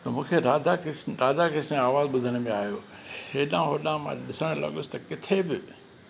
त मूंखे राधा कृष्ण राधा कृष्ण आवाज़ु ॿुधण में आहियो हेॾां होॾां मां ॾिसणु लॻुसि त किथे बि